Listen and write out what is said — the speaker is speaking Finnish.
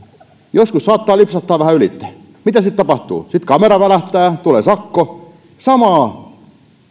joskus saattaa lipsahtaa vähän ylitse mitä sitten tapahtuu sitten kamera välähtää tulee sakko samaa